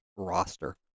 roster